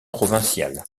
provinciale